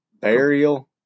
burial